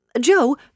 Joe